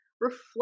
reflect